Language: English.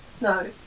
no